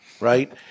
right